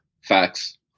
facts